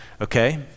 Okay